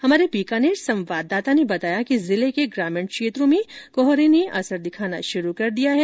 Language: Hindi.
हमारे बीकानेर संवाददाता ने बताया कि जिले के ग्रामीण क्षेत्रों में कोहरे ने असर दिखाना शुरू कर दिया है